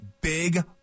big